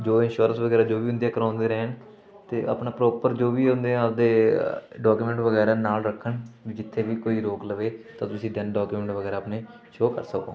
ਜੋ ਇਨਸ਼ੋਰੈਂਸ ਵਗੈਰਾ ਜੋ ਵੀ ਹੁੰਦੀ ਹੈ ਕਰਵਾਉਂਦੇ ਰਹਿਣ ਅਤੇ ਆਪਣਾ ਪ੍ਰੋਪਰ ਜੋ ਵੀ ਹੁੰਦੇ ਆ ਆਪਣੇ ਡੋਕੂਮੈਂਟ ਵਗੈਰਾ ਨਾਲ ਰੱਖਣ ਵੀ ਜਿੱਥੇ ਵੀ ਕੋਈ ਰੋਕ ਲਵੇ ਤਾਂ ਤੁਸੀਂ ਦੈਨ ਡੋਕੂਮੈਂਟ ਵਗੈਰਾ ਆਪਣੇ ਸ਼ੋਅ ਕਰ ਸਕੋ